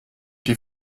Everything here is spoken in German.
die